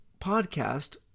podcast